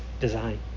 design